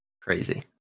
Crazy